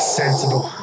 sensible